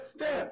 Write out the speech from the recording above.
Step